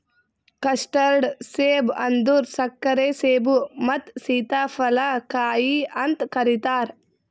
custard ಸೇಬ ಅಂದುರ್ ಸಕ್ಕರೆ ಸೇಬು ಮತ್ತ ಸೀತಾಫಲ ಕಾಯಿ ಅಂತ್ ಕರಿತಾರ್